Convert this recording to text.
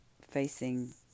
facing